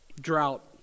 drought